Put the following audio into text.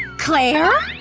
clair?